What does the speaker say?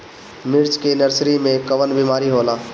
मिर्च के नर्सरी मे कवन बीमारी होला?